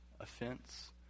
offense